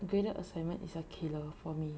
graded assignment is a killer for me